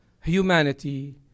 humanity